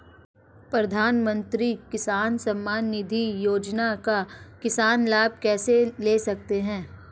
प्रधानमंत्री किसान सम्मान निधि योजना का किसान लाभ कैसे ले सकते हैं?